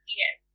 yes